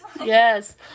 Yes